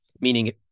meaning